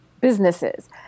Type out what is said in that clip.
businesses